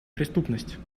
преступность